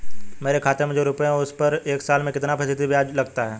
मेरे खाते में जो रुपये हैं उस पर एक साल में कितना फ़ीसदी ब्याज लगता है?